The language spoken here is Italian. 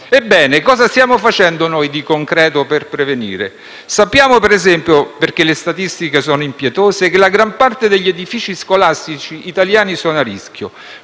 Ebbene, cosa stiamo facendo noi di concreto per la prevenzione? Per esempio sappiamo, dato che le statistiche sono impietose, che la gran parte degli edifici scolastici italiani è a rischio